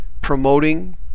promoting